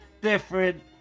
different